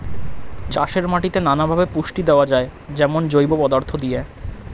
চাষের মাটিতে নানা ভাবে পুষ্টি দেওয়া যায়, যেমন জৈব পদার্থ দিয়ে